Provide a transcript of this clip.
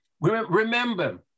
Remember